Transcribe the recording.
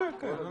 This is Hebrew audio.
כן, כן.